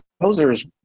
composers